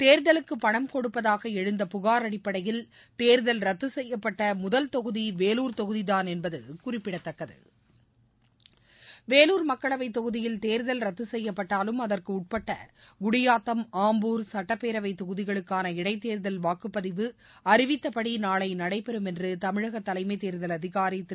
தேர்தலுக்குபணம் கொடுப்பதாகஎழுந்த புகார் அடிப்படையில் தேர்தல் ரத்துசெய்யப்பட்டமுதல் தொகுதிவேலூர் தொகுதிதான் என்பதுகுறிப்பிடத்தக்கது வேலூர் மக்களவைத் தொகுதியில் தேர்தல் ரத்துசெய்யப்பட்டாலும் அதற்குஉட்பட்டகுடியாத்தம் ஆம்பூர் சுட்டப்பேரவைத் தொகுதிகளுக்கான இடைத் தேர்தல் வாக்குப்பதிவு அறிவித்தபடிநாளைநடைபெறும் என்றுதமிழகதலைமைதேர்தல் அதிகாரிதிரு